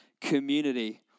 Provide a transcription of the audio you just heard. community